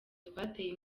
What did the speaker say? twateye